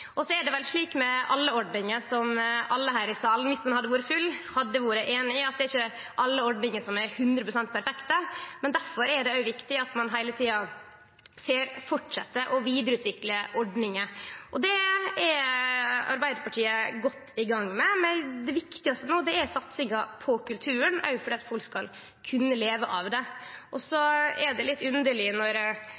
vel slik med alle ordningar, som alle her i salen – om den hadde vore full – hadde vore einig i, at det er ikkje alle ordningar som er 100 pst. perfekte. Difor er det òg viktig at ein heile tida fortset med å vidareutvikle ordningar. Det er Arbeidarpartiet godt i gang med, men det viktigaste no er satsinga på kulturen, òg for at folk skal kunne leve av dette. Så er det litt underleg at Framstegspartiet tek opp kunst og